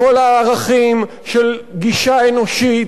לכל הערכים של גישה אנושית,